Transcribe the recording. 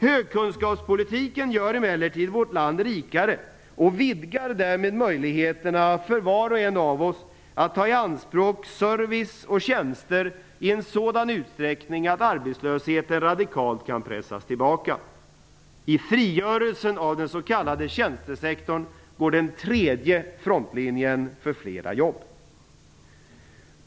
Högkunskapspolitiken gör emellertid vårt land rikare och vidgar därmed möjligheterna för var och en av oss att ta i anspråk service och tjänster i en sådan utsträckning att arbetslösheten radikalt kan pressas tillbaka. I frigörelsen av den s.k. tjänstesektorn går den tredje frontlinjen för fler jobb.